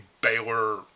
Baylor